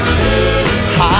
high